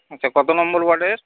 আচ্ছা কত নম্বর ওয়ার্ডের